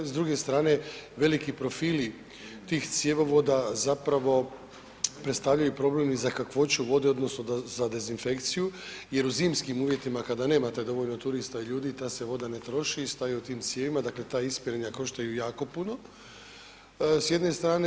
S druge strane veliki profili tih cjevovoda predstavljaju problem i za kakvoću vode odnosno za dezinfekciju jer u zimskim uvjetima kada nemate dovoljno turista i ljudi ta se voda ne troši i stoji u tim cijevima, dakle ta ispiranja koštaju jako puno, s jedne strane.